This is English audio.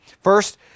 First